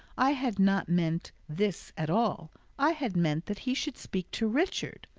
i had not meant this at all i had meant that he should speak to richard.